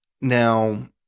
Now